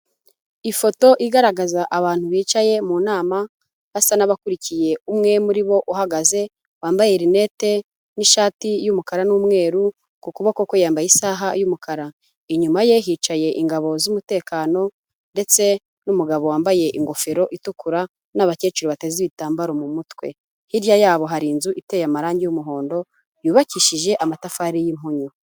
Ifoto igaragaza abantu bicaye mu nama basa n'abakurikiye umwe muri bo uhagaze wambaye rinete n'ishati y'umukara n'umweru, ku kuboko kwe yambaye isaha y'umukara, inyuma ye hicaye ingabo z'umutekano ndetse n'umugabo wambaye ingofero itukura n'abakecuru bateze ibitambaro mu mutwe, hirya yabo hari inzu iteye amarangi y'umuhondo yubakishije amatafari y'impunyu.